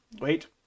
Wait